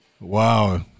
wow